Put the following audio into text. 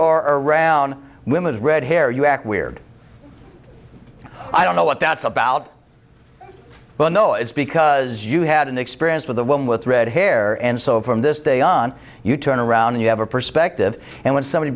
are around women's red hair you act weird i don't know what that's about but i know it's because you had an experience with a woman with red hair and so from this day on you turn around you have a perspective and when somebody